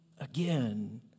again